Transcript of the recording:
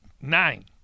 Nine